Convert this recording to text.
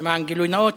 ולמען גילוי נאות,